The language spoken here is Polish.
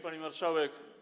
Pani Marszałek!